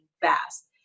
fast